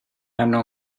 hanno